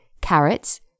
carrots